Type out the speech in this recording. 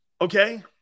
Okay